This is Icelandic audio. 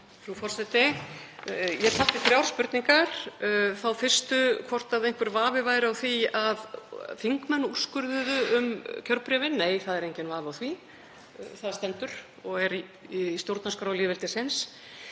Frú forseti. Ég taldi þrjár spurningar. Þá fyrstu hvort einhver vafi væri á því að þingmenn úrskurðuðu um kjörbréfið. Nei, það er enginn vafi á því. Það stendur og er í stjórnarskrá lýðveldisins.